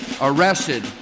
arrested